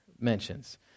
mentions